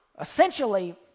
Essentially